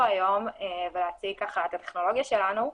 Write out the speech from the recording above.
היום ולהציג ככה את הטכנולוגיה שלנו.